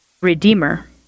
Redeemer